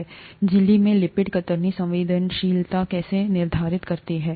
झिल्ली में लिपिड कतरनी संवेदनशीलता कैसे निर्धारित करते हैं